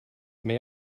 may